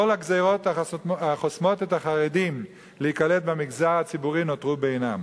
כל הגזירות החוסמות את החרדים מלהיקלט במגזר הציבורי נותרו בעינן.